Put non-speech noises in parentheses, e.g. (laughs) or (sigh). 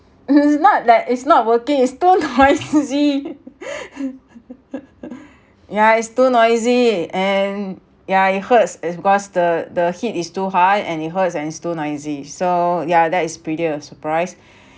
it's not like it's not working it's too noisy (laughs) yeah it's too noisy and yeah it hurts because the the heat is too high and it hurts and it's too noisy so yeah that is pretty a surprise